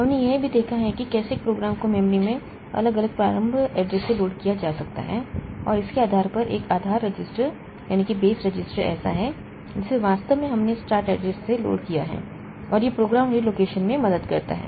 हमने यह भी देखा है कि कैसे एक प्रोग्राम को मेमोरी में अलग अलग प्रारंभ एड्रेस से लोड किया जा सकता है और इसके आधार पर एक आधार रजिस्टर ऐसा है जिसे वास्तव में हमने स्टार्ट एड्रेस से लोड किया है और यह प्रोग्राम रिलोकेशन में मदद करता है